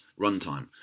runtime